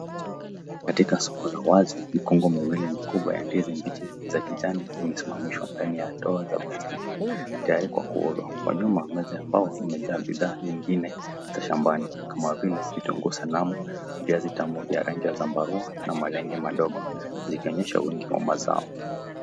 Katika soko la wazi, mikungu miwili mikubwa ya ndizi mbichi za kijani zimesimamishwa ndani ya ndoo za plastiki tayari kwa kuuzwa. Kwa nyuma, meza ya mbao imejaa bidhaa nyingine za shambani kama vile vitunguu sanamu, viazi tamu vya rangi zambarua na malenge madogo, zikionyesha wingi wa mazao.